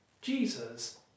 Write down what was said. Jesus